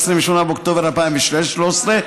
28 באוקטובר 2013,